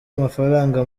mafaranga